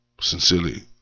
Sincerely